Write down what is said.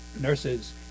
nurses